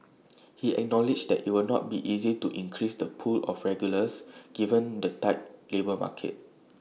he acknowledged that IT will not be easy to increase the pool of regulars given the tight labour market